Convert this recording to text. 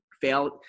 fail